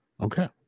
Okay